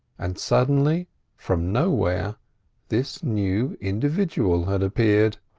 and suddenly from nowhere this new individual had appeared.